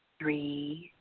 three,